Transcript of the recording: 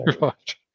Right